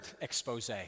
expose